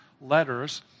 letters